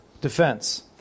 defense